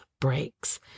breaks